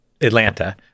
Atlanta